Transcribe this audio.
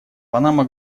панама